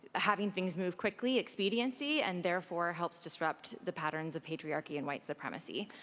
having things move quickly, expediency, and therefore, helps disrupt the patterns of pay koreaarchy and white supremacy,